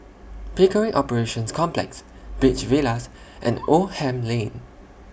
Pickering Operations Complex Beach Villas and Oldham Lane